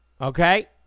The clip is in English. Okay